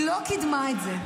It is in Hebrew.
היא לא קידמה את זה.